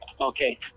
Okay